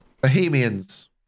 Bohemians